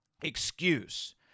excuse